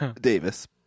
Davis